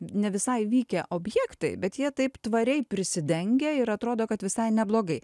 ne visai vykę objektai bet jie taip tvariai prisidengę ir atrodo kad visai neblogai